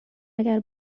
اگر